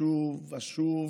ושוב ושוב